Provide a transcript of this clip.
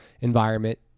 environment